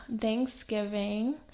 Thanksgiving